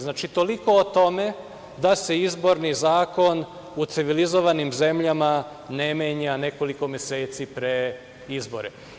Znači, toliko o tome da se izborni zakon u civilizovanim zemljama ne menja nekoliko meseci pre izbora.